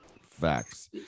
Facts